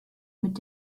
mit